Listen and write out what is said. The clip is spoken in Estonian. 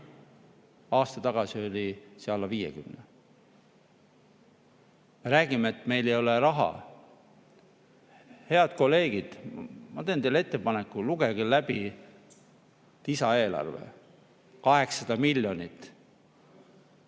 Aasta tagasi oli see alla 50. Me räägime, et meil ei ole raha. Head kolleegid, ma teen teile ettepaneku, lugege läbi lisaeelarve, 800 miljonit.